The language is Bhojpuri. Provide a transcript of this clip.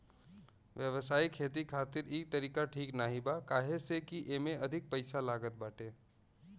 व्यावसायिक खेती खातिर इ तरीका ठीक नाही बा काहे से की एमे अधिका पईसा लागत बाटे